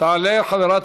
תעלה חברת